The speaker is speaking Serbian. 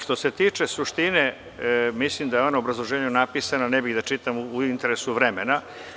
Što se tiče suštine, mislim da je ona u obrazloženju napisana, ne bih hteo da čitam u interesu vremena.